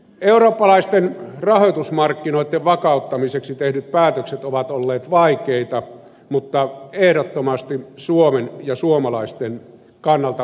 eurooppalaisten rahoitusmarkkinoiden vakauttamiseksi tehdyt päätökset ovat olleet vaikeita mutta ehdottomasti suomen ja suomalaisten kannalta välttämättömiä